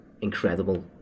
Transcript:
incredible